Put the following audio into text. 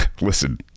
Listen